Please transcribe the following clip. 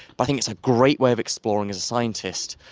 but i think it's a great way of exploring, as a scientist,